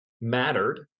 mattered